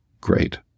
Great